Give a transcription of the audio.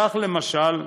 כך, למשל,